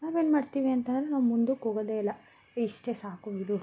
ನಾವೇನ್ಮಾಡ್ತೀವಿ ಅಂತಂದರೆ ನಾವು ಮುಂದಕ್ಕೆ ಹೋಗೋದೇ ಇಲ್ಲ ಇಷ್ಟೇ ಸಾಕು ಬಿಡು